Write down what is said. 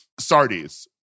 Sardi's